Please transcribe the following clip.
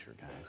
guys